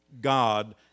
God